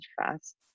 fast